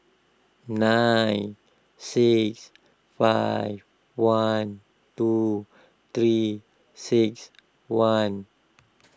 nine six five one two three six one